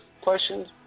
Questions